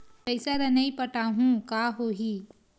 पईसा ल नई पटाहूँ का होही?